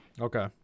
Okay